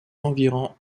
environs